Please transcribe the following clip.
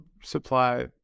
supply